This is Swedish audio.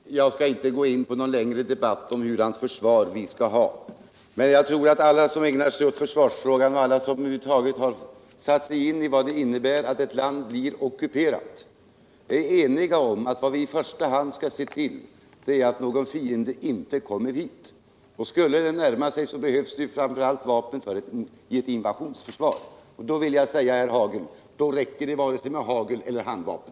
Herr talman! Jag skall inte gå in på någon längre debatt om hurudant försvar vi skall ha. Men jag tror att alla som ägnar sig åt försvarsfrågan och alla som över huvud taget har satt sig in i vad det innebär att ett land blir ockuperat är eniga om att vad vi i första hand skall se till är att någon fiende inte kommer hit. Skulle en fiende närma sig, så behövs det framför allt vapen för ett invasionsförsvar. Då räcker det inte, herr Hagel, med vare sig hagel eller handvapen.